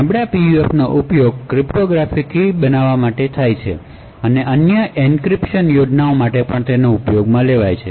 નબળા PUFનો ઉપયોગ ક્રિપ્ટોગ્રાફિક કી બનાવવા માટે થાય છે તેઓ અન્ય એન્ક્રિપ્શન યોજનાઓ સાથે ઉપયોગમાં લેવાય છે